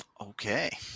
Okay